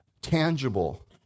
tangible